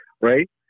Right